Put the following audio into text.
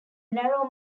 narrow